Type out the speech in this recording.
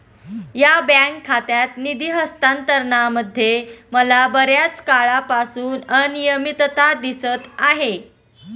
या बँक खात्यात निधी हस्तांतरणामध्ये मला बर्याच काळापासून अनियमितता दिसत आहे